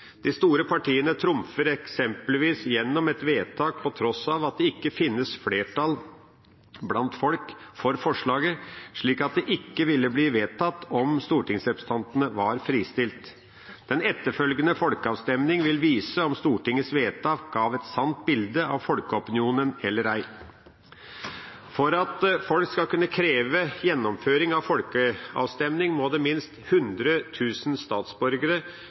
De store partiene trumfer eksempelvis gjennom et vedtak på tross av at det ikke finnes flertall blant folk for forslaget, slik at det ikke ville blitt vedtatt om stortingsrepresentantene var fristilt. Den etterfølgende folkeavstemning vil vise om Stortingets vedtak ga et sant bilde av folkeopinionen eller ei. For å kunne kreve gjennomføring av folkeavstemning må minst 100 000 statsborgere kreve det, altså et folkeinitiativ. Folkeavstemningen er gyldig dersom minst